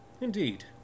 Indeed